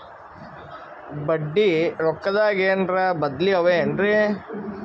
ಬಡ್ಡಿ ರೊಕ್ಕದಾಗೇನರ ಬದ್ಲೀ ಅವೇನ್ರಿ?